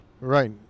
Right